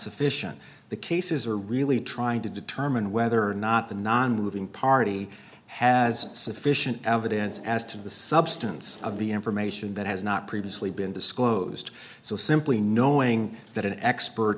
sufficient the cases are really trying to determine whether or not the nonmoving party has sufficient evidence as to the substance of the information that has not previously been disclosed so simply knowing that an expert